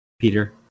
Peter